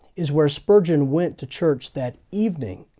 is where spurgeon went to church that evening